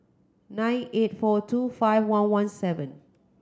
nine eight four two five one one seven